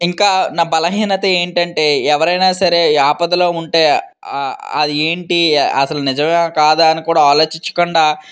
ఇంకా నా బలహీనత ఏంటంటే ఎవరైనా సరే ఆపదలో ఉంటే అదేంటి అసలు నిజమా కాదా అని కూడా ఆలోచించకుండా